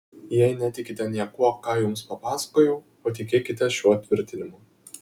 jei netikite niekuo ką jums papasakojau patikėkite šiuo tvirtinimu